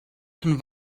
von